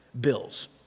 bills